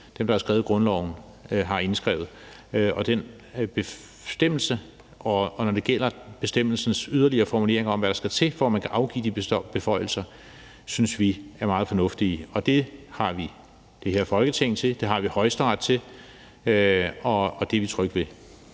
dem, der har skrevet grundloven, har indskrevet i den bestemmelse, og når det gælder bestemmelsens yderligere formulering om, hvad der skal til, for at man kan afgive de beføjelser, synes vi, at den er meget fornuftig. Det har vi det her Folketing til, og det har vi Højesteret til, og det er vi trygge ved.